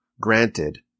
granted